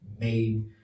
made